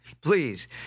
please